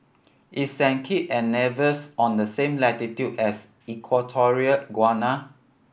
is Saint Kit and Nevis on the same latitude as Equatorial Guinea